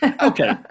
Okay